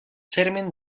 germen